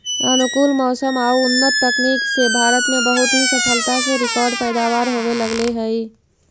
अनुकूल मौसम आउ उन्नत तकनीक से भारत में बहुत ही सफलता से रिकार्ड पैदावार होवे लगले हइ